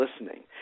listening